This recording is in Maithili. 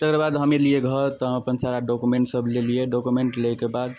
तकर बाद हम अएलिए घर तऽ अपन सारा डॉक्युमेन्ट सब लेलिए डॉक्युमेन्ट लैके बाद